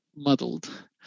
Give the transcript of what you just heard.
Muddled